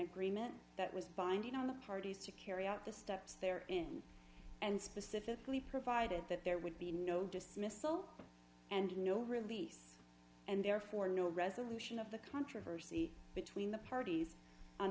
agreement that was binding on the parties to carry out the steps there in and specifically provided that there would be no dismissal and no release and therefore no resolution of the controversy between the parties on